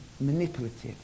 manipulative